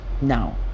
Now